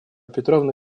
петровна